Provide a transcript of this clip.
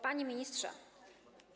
Panie Ministrze!